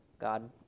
God